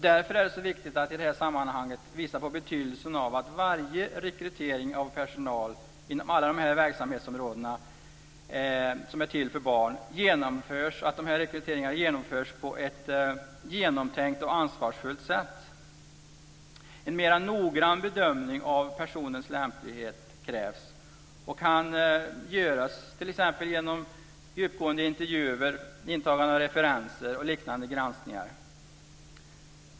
Därför är det så viktigt att i det här sammanhanget visa på betydelsen av att varje rekrytering av personal inom dessa verksamhetsområden för barn genomförs på ett genomtänkt och ansvarsfullt sätt. En mer noggrann bedömning av personens lämplighet kan göras genom djupgående intervjuer, intagande av referenser och liknande granskningar.